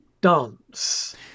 dance